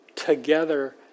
together